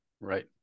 Right